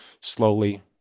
slowly